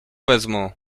wezmą